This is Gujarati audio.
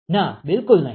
ના બિલકુલ નહીં